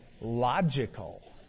Logical